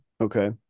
okay